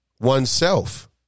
Oneself